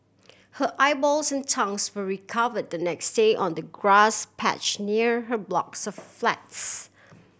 her eyeballs and tongues were recover the next day on the grass patch near her blocks of flats